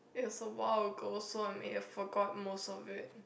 it was awhile ago so I may have forgot most of it